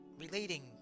relating